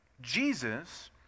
Jesus